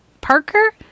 Parker